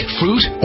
fruit